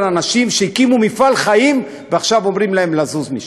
אנשים שהקימו מפעל חיים ועכשיו אומרים להם לזוז משם,